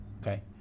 Okay